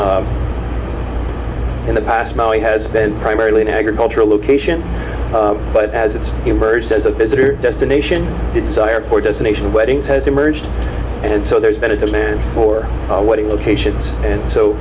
in the past maui has been primarily an agricultural location but as it's emerged as a visitor destination the desire for destination weddings has emerged and so there's been a demand for what he locations and so